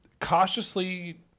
cautiously